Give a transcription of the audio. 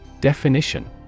Definition